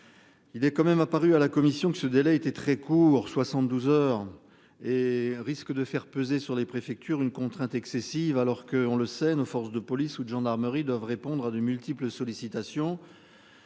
Il est quand même a paru à la commission que ce délai était très court 72 heures et risque de faire peser sur les préfectures une contrainte excessive alors que, on le sait, nos forces de police ou de gendarmerie doivent répondre à de multiples sollicitations.